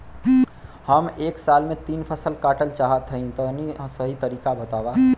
हम एक साल में तीन फसल काटल चाहत हइं तनि सही तरीका बतावा?